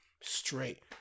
Straight